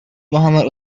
mohammad